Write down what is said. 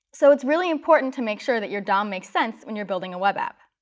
so it's really important to make sure that your dom make sense when you're building a web app.